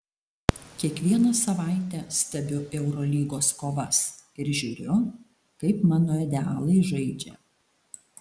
kiekvieną savaitę stebiu eurolygos kovas ir žiūriu kaip mano idealai žaidžia